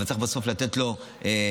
צריך בסוף לתת לו עבודה,